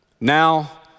Now